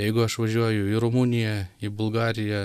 jeigu aš važiuoju į rumuniją į bulgariją